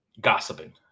gossiping